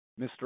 Mr